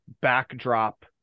backdrop